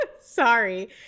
Sorry